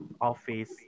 office